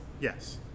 Yes